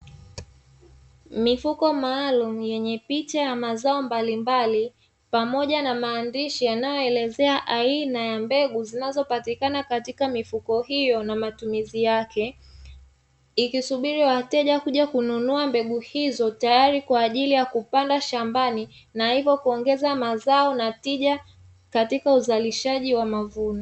Mifuko maalumu yenye picha ya mazao mbalimbali pamoja na maandishi yanayoelezea aina ya mbegu, zinazopatikana katika mifuko hiyo na matumizi yake; ikisubiri wateja kuja kununua mbegu hizo tayari kwa ajili ya kupanda shambani na hivyo kuongeza mazao na tija katika uzalishaji wa mavuno.